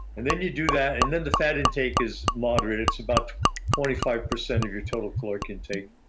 and then you do that, and then the fat intake is moderate. it's about twenty five percent of your total caloric intake.